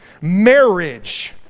marriage